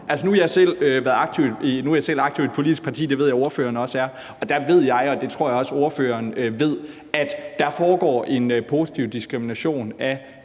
nu er jeg selv aktiv i et politisk parti – det ved jeg ordføreren også er – og derfor ved jeg, og det tror jeg også ordføreren ved, at der foregår en positiv diskrimination af